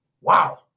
Wow